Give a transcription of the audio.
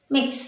Mix